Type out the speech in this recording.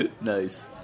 Nice